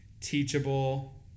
teachable